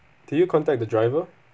did you contact the driver